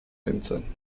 nintzen